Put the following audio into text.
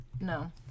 no